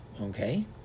okay